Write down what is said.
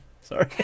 Sorry